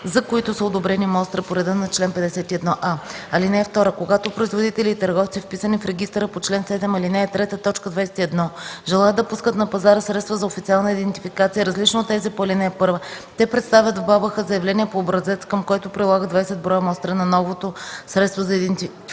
за които са одобрени мостри по реда на чл. 51а. (2) Когато производители и търговци, вписани в регистъра по чл. 7, ал. 3, т. 21, желаят да пускат на пазара средства за официална идентификация, различни от тези по ал. 1, те представят в БАБХ заявление по образец, към което прилагат 20 броя мостри на новото средство за идентификация